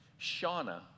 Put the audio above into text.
Shauna